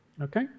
Okay